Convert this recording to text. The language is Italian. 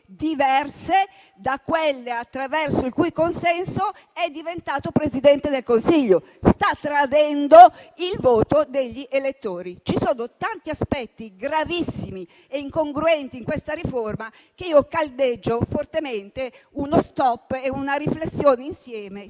diverse da quelle attraverso il cui consenso è diventato Presidente del Consiglio. Sta tradendo il voto degli elettori. Ci sono tanti aspetti gravissimi e incongruenti in questa riforma, per cui caldeggio fortemente uno *stop* e una riflessione tutti insieme.